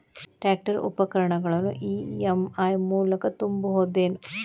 Tractor ಉಪಕರಣಗಳನ್ನು EMI ಮೂಲಕ ತುಂಬಬಹುದ ಏನ್?